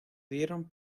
dieron